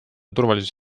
turvalisus